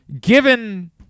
Given